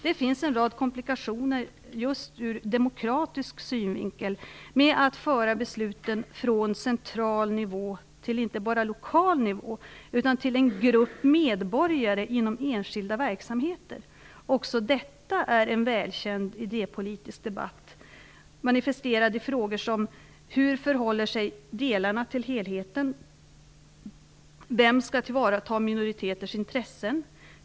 Det finns en rad komplikationer, ur demokratisk synvinkel, med att föra besluten från central nivå till inte bara lokal nivå utan också till en grupp medborgare inom enskilda verksamheter. Också detta är en välkänd idépolitisk debatt, manifesterad i frågor som: Hur förhåller sig delarna till helheten? Vem skall tillvarata minoriteters intressen?